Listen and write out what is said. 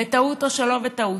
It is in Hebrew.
בטעות או שלא בטעות,